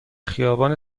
خیابان